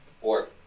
Four